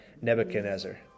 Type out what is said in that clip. Nebuchadnezzar